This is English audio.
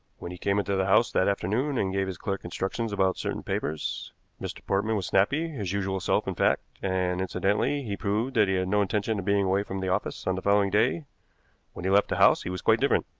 when he came into the house that afternoon and gave his clerk instructions about certain papers mr. portman was snappy, his usual self, in fact, and, incidentally, he proved that he had no intention of being away from the office on the following day when he left the house he was quite different,